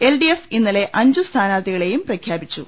L D F ഇന്നലെ അഞ്ചു സ്ഥാനാർത്ഥിക ളെയും പ്രഖ്യാപിച്ചു